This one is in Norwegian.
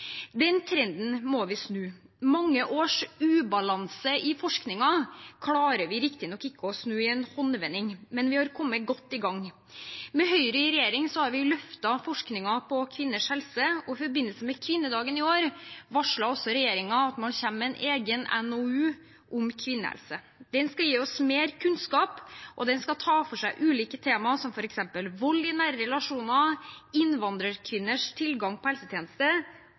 Den trenden må vi snu. Mange års ubalanse i forskningen klarer vi riktignok ikke å snu i en håndvending, men vi har kommet godt i gang. Med Høyre i regjering har vi løftet forskningen på kvinners helse, og i forbindelse med kvinnedagen i år varslet også regjeringen at man kommer med en egen NOU om kvinnehelse. Den skal gi oss mer kunnskap, og den skal ta for seg ulike temaer, som f.eks. vold i nære relasjoner, innvandrerkvinners tilgang på helsetjenester